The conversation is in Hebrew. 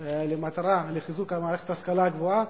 למטרת חיזוק מערכת ההשכלה הגבוהה,